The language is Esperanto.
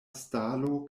stalo